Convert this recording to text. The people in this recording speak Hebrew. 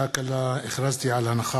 ההצעה להעביר את הנושא